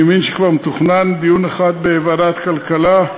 אני מבין שכבר מתוכנן דיון אחד בוועדת הכלכלה,